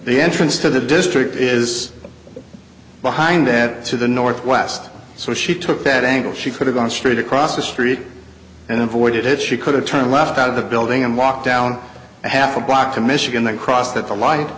the entrance to the district is behind that to the northwest so she took that angle she could've gone straight across the street and avoided it she could have turned left out of the building and walked down a half a block to michigan across that